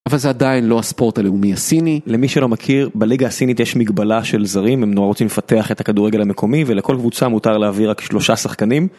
אבל זה עדיין לא הספורט הלאומי הסיני. למי שלא מכיר, בליגה הסינית יש מגבלה של זרים, הם נורא רוצים לפתח את הכדורגל המקומי, ולכל קבוצה מותר להעביר רק שלושה שחקנים.